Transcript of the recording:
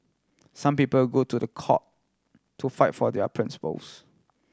some people go to the court to fight for their principles